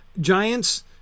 Giants